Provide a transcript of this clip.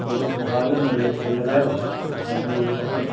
जेके सुठा हुजनि उहा रेट सही लॻायो ॿ टे बोरियूं खपनि